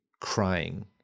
crying